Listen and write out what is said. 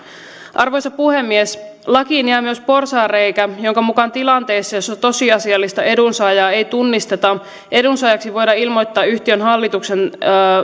arvoisa puhemies lakiin jää myös porsaanreikä jonka mukaan tilanteessa jossa tosiasiallista edunsaajaa ei tunnisteta edunsaajaksi voidaan ilmoittaa yhtiön hallituksen